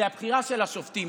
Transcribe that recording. וזה הבחירה של השופטים.